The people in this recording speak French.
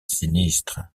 sinistre